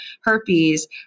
herpes